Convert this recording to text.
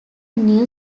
new